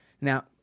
Now